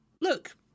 look